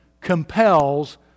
compels